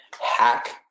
hack